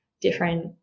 different